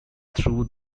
through